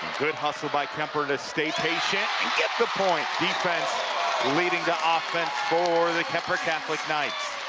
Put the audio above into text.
good hustle by kuemper to stay patient and get the point! defense leading to offense for the kuemper catholic knights.